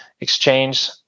exchange